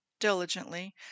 diligently